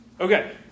Okay